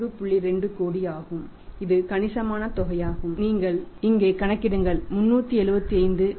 20 கோடி ஆகும் இது கணிசமான தொகையாகும் நீங்கள் இங்கே கணக்கிடுங்கள் 375